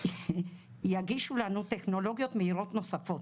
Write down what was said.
יגישו לנו טכנולוגיות מהירות נוספות.